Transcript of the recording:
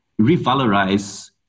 revalorize